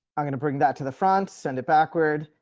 i'm going to bring that to the front, send it backward,